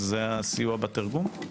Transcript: זה הסיוע בתרגום?